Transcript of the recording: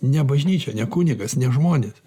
ne bažnyčia ne kunigas ne žmonės